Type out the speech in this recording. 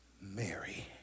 Mary